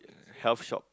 health shock